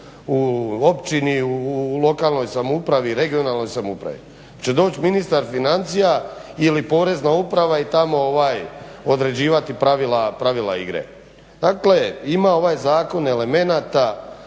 u općini, u lokalnoj samoupravi, regionalnoj samoupravi? Će doć' ministar financija ili Porezna uprava i tamo određivati pravila igre. Dakle, ima ovaj zakon elemenata